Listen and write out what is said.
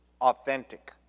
Authentic